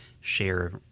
share